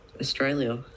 australia